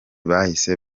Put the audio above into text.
bahise